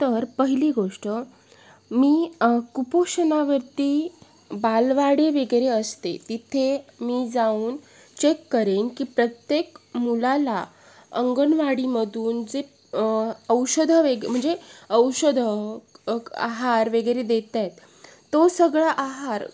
तर पहिली गोष्ट मी कुपोषणावरती बालवाडी वगैरे असते तिथे मी जाऊन चेक करेन की प्रत्येक मुलाला अंगणवाडीमधून जे औषधं वगैरे म्हणजे औषधं अक आहार वगैरे देत आहेत तो सगळा आहार